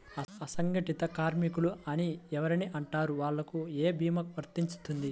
అసంగటిత కార్మికులు అని ఎవరిని అంటారు? వాళ్లకు ఏ భీమా వర్తించుతుంది?